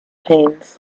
hands